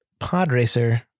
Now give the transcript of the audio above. Podracer